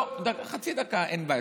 לא, חצי דקה, אין בעיה.